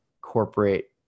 corporate